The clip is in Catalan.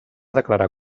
declarar